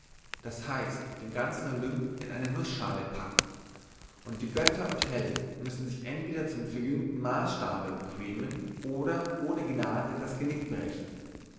das heißt den ganzen olymp in eine nußschale packen und die götter und helden müssen sich entweder zum verjüngten maasstabe bequemen oder ohne gnade das genik brechen